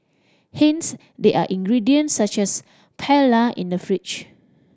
hence there are ingredients such as paella in the fridge